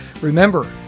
remember